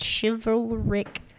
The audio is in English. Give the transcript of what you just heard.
chivalric